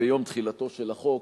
ביום תחילתו של החוק,